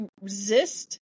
Resist